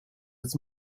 its